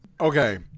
Okay